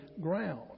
ground